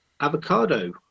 avocado